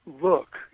look